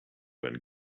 when